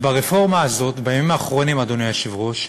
ברפורמה הזאת, בימים האחרונים, אדוני היושב-ראש,